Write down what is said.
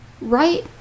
right